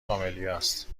کاملیاست